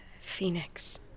Phoenix